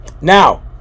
Now